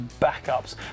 backups